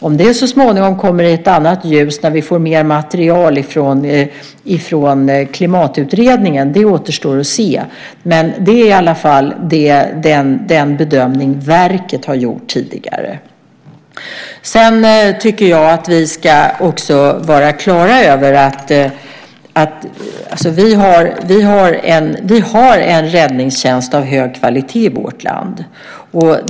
Om det så småningom kommer i ett annat ljus när vi får mer material från Klimatutredningen återstår att se, men det är i alla fall den bedömning verket har gjort tidigare. Sedan tycker jag att vi ska vara klara över att vi har en räddningstjänst av hög kvalitet i vårt land.